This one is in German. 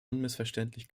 unmissverständlich